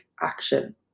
action